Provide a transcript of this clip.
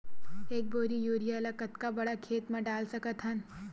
एक बोरी यूरिया ल कतका बड़ा खेत म डाल सकत हन?